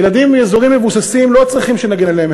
ילדים מאזורים מבוססים לא צריכים שנגן עליהם.